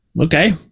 okay